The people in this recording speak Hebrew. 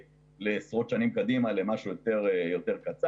לעשרות שנים קדימה אלא למשהו יותר קצר.